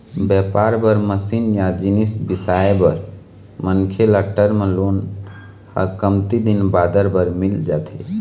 बेपार बर मसीन या जिनिस बिसाए बर मनखे ल टर्म लोन ह कमती दिन बादर बर मिल जाथे